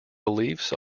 beliefs